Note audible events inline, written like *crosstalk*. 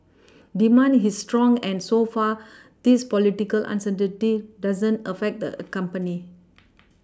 *noise* demand his strong and so far this political uncertainty doesn't affect the a company *noise*